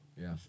Yes